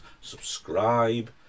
Subscribe